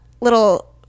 little